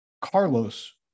Carlos